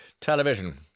television